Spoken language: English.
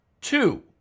Two